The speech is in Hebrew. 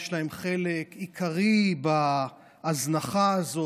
יש להן חלק עיקרי בהזנחה הזאת.